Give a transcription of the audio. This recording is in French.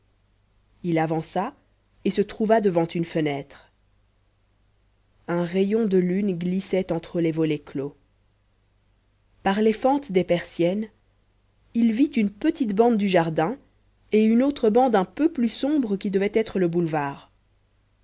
il avança et se trouva devant une fenêtre un rayon de lune glissait entre les volets clos par les fentes des persiennes il vit une petite bande du jardin et une autre bande un peu plus sombre qui devait être le boulevard